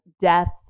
death